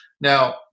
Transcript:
Now